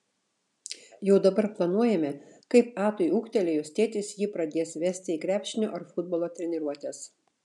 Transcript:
jau dabar planuojame kaip atui ūgtelėjus tėtis jį pradės vesti į krepšinio ar futbolo treniruotes